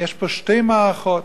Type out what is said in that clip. יש פה שתי מערכות,